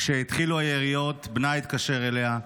כשהתחילו היריות בנה התקשר אליה,